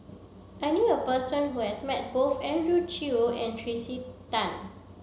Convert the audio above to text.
I knew a person who has met both Andrew Chew and Tracey Tan